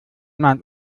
mein